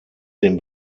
dem